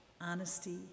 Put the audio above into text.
honesty